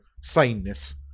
saneness